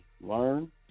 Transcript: Learn